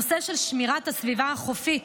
בנושא של שמירת הסביבה החופית,